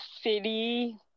city